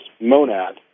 monad